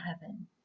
heaven